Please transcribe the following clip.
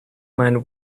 mind